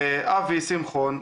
אבי שמחון,